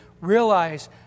realize